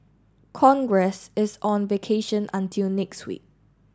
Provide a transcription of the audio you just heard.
congress is on vacation until next week